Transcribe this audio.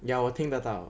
ya 我听得到